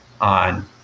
on